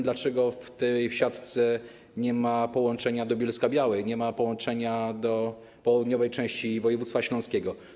Dlaczego w tej siatce nie ma połączenia z Bielsko-Białą, nie ma połączenia z południową częścią województwa śląskiego?